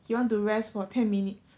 he want to rest for ten minutes